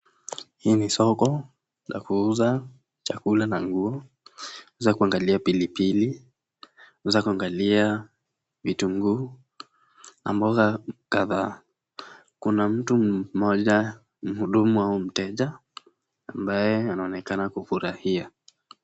Hili ni soko la kuuza chakula na nguo, unaweza kuangalia pilipili, unaweza kuangalia vitunguu na mboga kadhaa. Kuna mtu mmoja mhudumu au mteja ambaye anaonekana kufurahia.